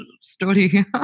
story